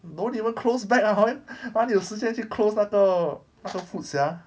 don't even close back ah when 哪里有时间去 close 那个那个 food sia